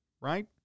right